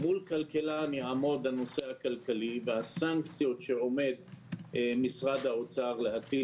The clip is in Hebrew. מול כלכלן יעמוד הנושא הכלכלי והסנקציות שעומד משרד האוצר להטיל